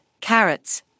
carrots